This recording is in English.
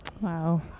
Wow